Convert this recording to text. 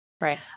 right